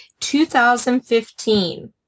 2015